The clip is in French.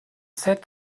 sept